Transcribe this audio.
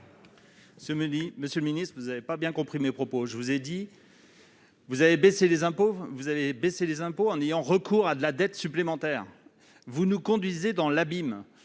Monsieur le ministre, vous n'avez pas bien compris mes propos. Je vous ai dit que vous aviez baissé les impôts en ayant recours à de la dette supplémentaire. Ce recours systématique